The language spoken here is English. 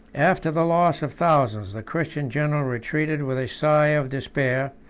after the loss of thousands, the christian general retreated with a sigh of despair,